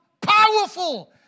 powerful